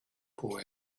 boy